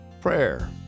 Prayer